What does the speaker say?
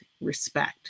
respect